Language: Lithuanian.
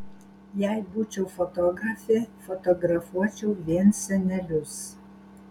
jei būčiau fotografė fotografuočiau vien senelius